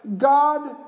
God